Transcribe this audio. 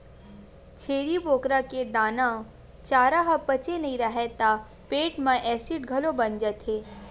छेरी बोकरा के दाना, चारा ह पचे नइ राहय त पेट म एसिड घलो बन जाथे